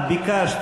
את ביקשת,